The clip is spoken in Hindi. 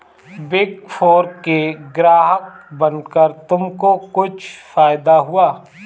बिग फोर के ग्राहक बनकर तुमको कुछ फायदा हुआ?